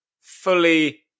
fully